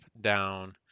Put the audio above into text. down